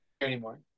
anymore